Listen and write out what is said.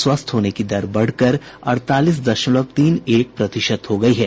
स्वस्थ होने की दर बढ़कर अड़तालीस दशमलव तीन एक प्रतिशत हो गयी है